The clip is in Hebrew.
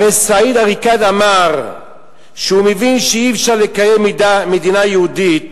הרי סאיב עריקאת אמר שהוא מבין שאי-אפשר לקיים מדינה יהודית